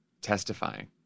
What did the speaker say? testifying